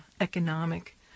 economic